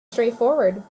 straightforward